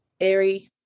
airy